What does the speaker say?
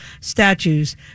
statues